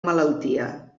malaltia